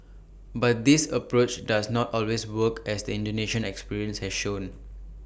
but this approach does not always work as the Indonesian experience has shown